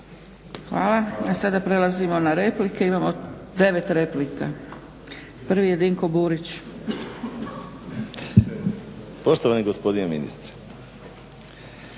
Hvala. A sada prelazimo na replike, imamo 9 replika. Prvi je Dinko Burić. **Burić, Dinko